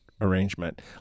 arrangement